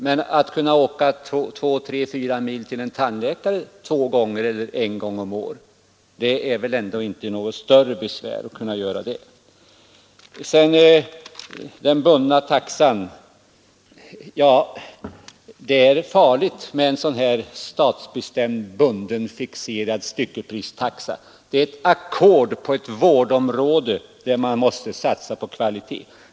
Och att åka 2,3 eller 4 mil till en tandläkare en eller två gånger om året är väl ändå inte något större besvär. Vad beträffar den bundna taxan är det farligt med en sådan här statsbestämd, bunden, fixerad styckepristaxa. Det är ett ackord på ett vårdområde där man måste satsa på kvalitet.